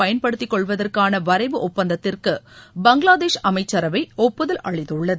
பயன்படுத்திக் கொள்வதற்கான வரைவு ஒப்பந்தத்திற்கு பங்களாதேஷ் அமைச்சரவை ஒப்புதல் அளித்துள்ளது